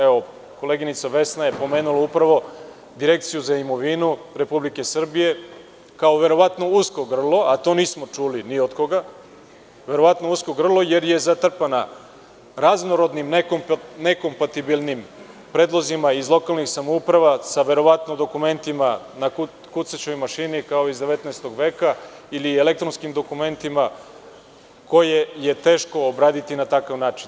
Evo, koleginica Vesna je pomenula upravo Direkciju za imovinu Republike Srbije kao verovatno usko grlo, a to nismo čuli ni od koga, jer je zatrpana raznorodnim nekompatibilnim predlozima iz lokalnih samouprava sa verovatno dokumentima na kucaćoj mašini kao iz 19. veka ili elektronskim dokumentima koje je teško obraditi na takav način.